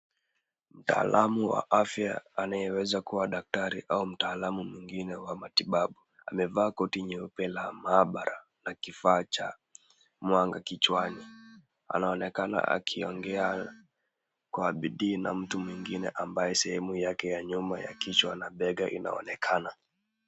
Mtaalamu wa afya anayeweza kuwa daktari au mtaalamu mwingine wa matibabu, amevaa koti nyeupe ya maabara na kifaa cha mwanga kichwani .Anaonekana akiongea kwa bidii na mtu mwingine ambaye sehemu yake ya nyuma ya kichwa na bega inaonekana.